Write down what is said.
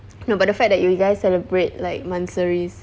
no but the fact that you guys celebrate like monthsaries